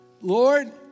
Lord